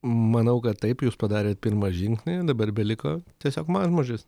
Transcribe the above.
manau kad taip jūs padarėt pirmą žingsnį dabar beliko tiesiog mažmožis